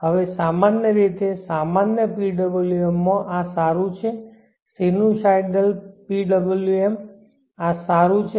હવે સામાન્ય રીતે સામાન્ય PWM માં આ સારું છે સિનુસાઇડલ PWM આ સારું છે